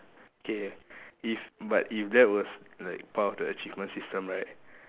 okay if but if that was like part of the achievement system right